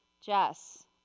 Jess